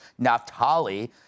Naftali